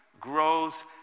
grows